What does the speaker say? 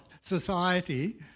society